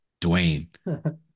Dwayne